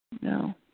No